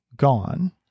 gone